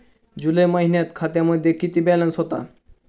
जुलै महिन्यात खात्यामध्ये किती बॅलन्स होता?